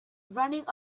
running